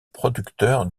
producteur